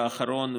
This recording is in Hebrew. אומרת?